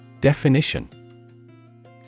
Definition